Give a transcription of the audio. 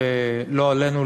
לא עלינו,